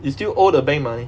you still owe the bank mah